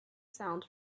sound